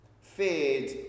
feared